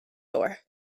door